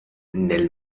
nel